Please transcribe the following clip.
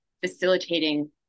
facilitating